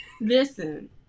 listen